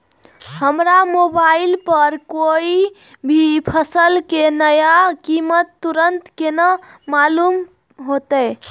हमरा मोबाइल पर कोई भी फसल के नया कीमत तुरंत केना मालूम होते?